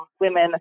women